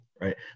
Right